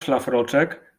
szlafroczek